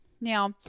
Now